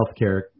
healthcare